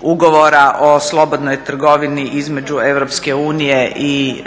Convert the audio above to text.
ugovora o slobodnoj trgovini između EU i